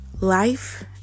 Life